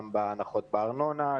הנחות בארנונה,